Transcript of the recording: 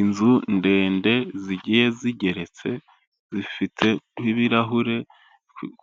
Inzu ndende zigiye zigeretse zifite n'ibirahure,